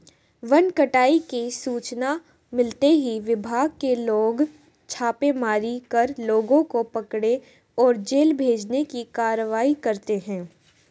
one कटाई की सूचना मिलते ही विभाग के लोग छापेमारी कर लोगों को पकड़े और जेल भेजने की कारवाई करते है